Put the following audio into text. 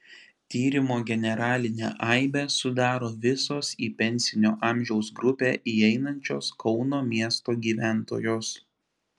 tyrimo generalinę aibę sudaro visos į pensinio amžiaus grupę įeinančios kauno miesto gyventojos